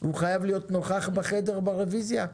הוא חייב להיות נוכח בחדר ברביזיה?